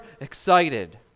excited